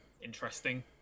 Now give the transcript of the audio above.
interesting